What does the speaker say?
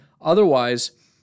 Otherwise